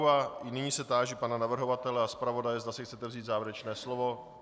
A nyní se táži pana navrhovatele a zpravodaje, zda si chcete vzít závěrečné slovo?